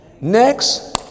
next